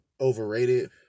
overrated